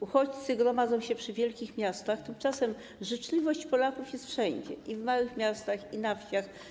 Uchodźcy gromadzą się przy wielkich miastach, tymczasem życzliwość Polaków jest wszędzie, i w małych miastach, i na wsiach.